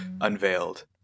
unveiled